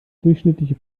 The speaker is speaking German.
durchschnittliche